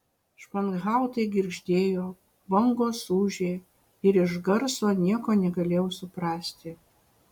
španhautai girgždėjo bangos ūžė ir iš garso nieko negalėjau suprasti